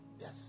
Yes